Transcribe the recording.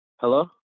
Hello